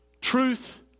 truth